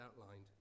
outlined